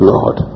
Lord